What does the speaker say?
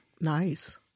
Nice